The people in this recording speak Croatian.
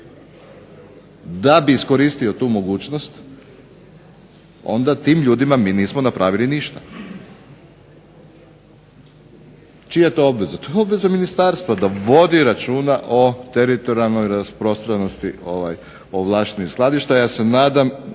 da bi iskoristio tu mogućnost, onda mi tim ljudima nismo napravili ništa. Čija je to obveza? To je obveza ministarstva da vodi računa o teritorijalnoj rasprostranjenosti ovlaštenih skladišta. Ja se nadam,